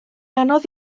anodd